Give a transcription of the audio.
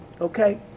okay